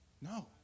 No